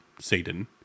Satan